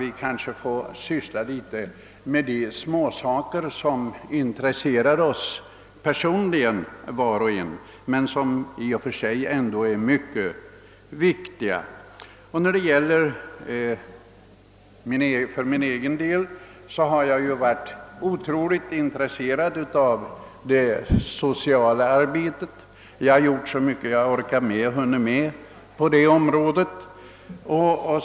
Vi kan därför få syssla litet med de småsaker som intresserar oss personligen var och en men som i och för sig är mycket viktiga. För min egen del har jag varit otroligt intresserad av det sociala arbetet. Jag har gjort så mycket jag har orkat med och hunnit med på det området.